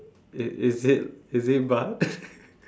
is is is it is it but